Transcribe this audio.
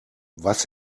was